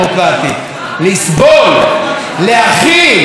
להכיל את מה שאנחנו לא אוהבים.